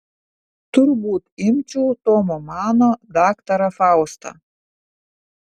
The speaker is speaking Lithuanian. turbūt imčiau tomo mano daktarą faustą